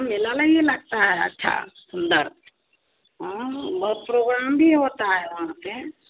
मेला नहीं लगता है अच्छा अंदर बहुत प्रोग्राम भी होता है वहाँ पर